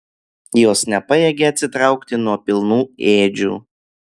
jos nepajėgė atsitraukti nuo pilnų ėdžių